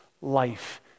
life